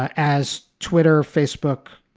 as twitter, facebook,